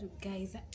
guys